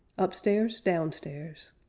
upstairs downstairs